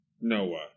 Noah